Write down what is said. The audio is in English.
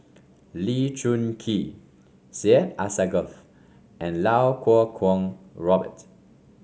Lee Choon Kee Syed Alsagoff and Lau Kuo Kwong Robert